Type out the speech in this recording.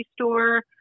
store